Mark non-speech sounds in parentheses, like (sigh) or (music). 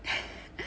(breath) (breath)